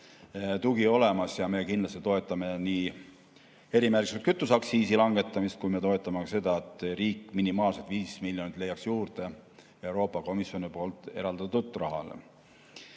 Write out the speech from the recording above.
tugi olemas. Me kindlasti toetame nii erimärgistatud kütuse aktsiisi langetamist kui ka seda, et riik minimaalselt 5 miljonit leiaks juurde Euroopa Komisjoni eraldatud rahale.